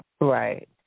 Right